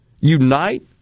unite